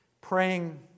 praying